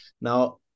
now